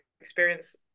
experience